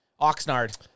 Oxnard